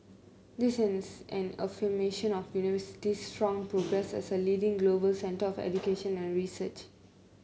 this is an affirmation of the University's strong progress as a leading global centre of education and research